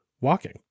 walking